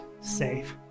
safe